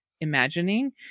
imagining